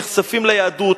נחשפים ליהדות,